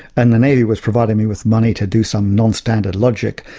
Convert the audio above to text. and the navy was providing me with money to do some non-standard logic,